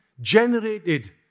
generated